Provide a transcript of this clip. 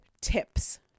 tips